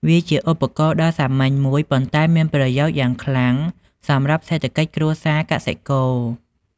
វាជាឧបករណ៍ដ៏សាមញ្ញមួយ ប៉ុន្តែមានប្រយោជន៍យ៉ាងខ្លាំងសម្រាប់សេដ្ឋកិច្ចគ្រួសារកសិករ។